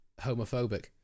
homophobic